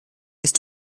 ist